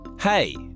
Hey